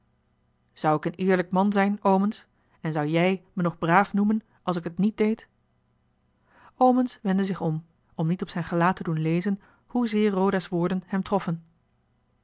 zou ik een eerlijk man zijn omens en zou jij me nog braaf noemen als ik het niet deed omens wendde zich om om niet op zijn gelaat te doen lezen hoezeer roda's woorden hem troffen